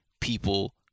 people